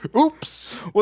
Oops